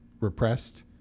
repressed